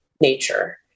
nature